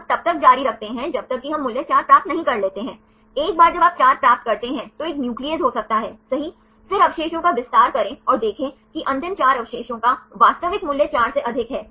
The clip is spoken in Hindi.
हम तब तक जारी रखते हैं जब तक कि हम मूल्य 4 प्राप्त नहीं कर लेते हैं एक बार जब आप 4 प्राप्त करते हैं तो एक nuclease हो सकता है सही फिर अवशेषों का विस्तार करें और देखें कि अंतिम 4 अवशेषों का वास्तविक मूल्य 4 से अधिक है